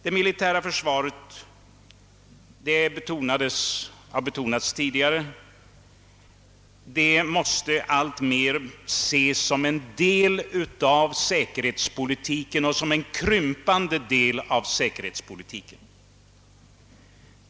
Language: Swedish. Det militära försvaret — det har betonats tidigare — måste alltmer ses som en krympande del av säkerhetspolitiken.